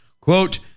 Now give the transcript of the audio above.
quote